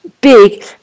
big